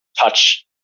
touch